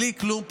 בלי כלום,